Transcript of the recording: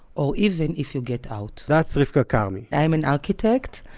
or even if you get out that's rivka karmi i am an architect,